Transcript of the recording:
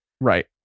Right